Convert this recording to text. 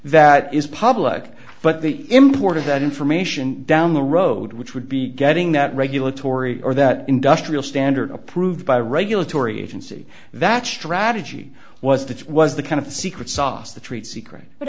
that is public but the import of that information down the road which would be getting that regulatory or that industrial standard approved by regulatory agency that strategy was that it was the kind of the secret sauce the trade secret but